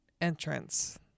entrance